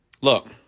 Look